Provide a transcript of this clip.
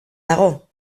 dago